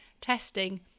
testing